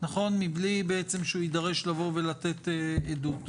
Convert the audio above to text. מבלי שהוא יידרש לבוא ולתת עדות,